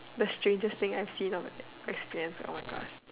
the strangest thing I have seen or experience oh my gosh